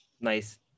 nice